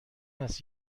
است